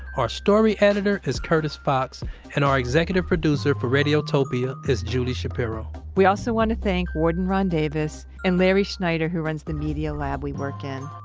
our story editor is curtis fox and our executive producer for radiotopia is julie shapiro we also want to thank warden ron davis and larry schneider who runs the media lab we work in.